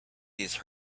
these